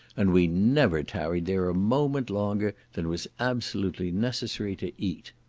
and we never tarried there a moment longer than was absolutely necessary to eat.